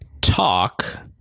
talk